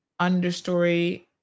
understory